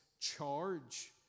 charge